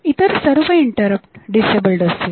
इतर सर्व interrupt disabled असतील